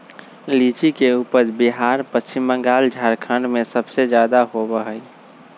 लीची के उपज बिहार पश्चिम बंगाल झारखंड में सबसे ज्यादा होबा हई